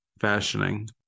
fashioning